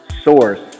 source